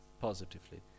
positively